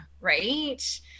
right